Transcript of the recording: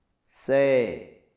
Say